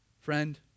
Friend